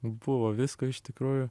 buvo visko iš tikrųjų